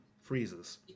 freezes